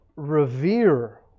revere